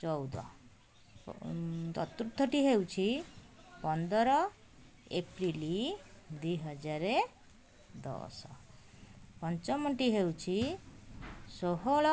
ଚଉଦ ଚତୃର୍ଥଟି ହେଉଛି ପନ୍ଦର ଏପ୍ରିଲ୍ ଦୁଇହଜାର ଦଶ ପଞ୍ଚମଟି ହେଉଛି ଷୋହଳ